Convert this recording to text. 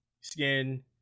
skin